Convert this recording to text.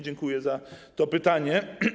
Dziękuję za to pytanie.